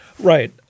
Right